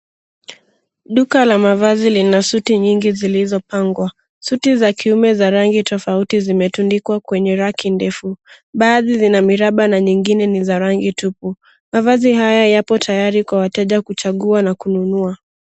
Duka la mavazi lina suti nyingi zilizopangwa. Suti za kiume za rangi tofauti zimetundikwa kwenye raki ndefu. Baadhi zina miraba na nyingine ni za rangi tupu. Mavazi haya yapo tayari kwa wateja kuchagua na kununua.